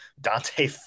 Dante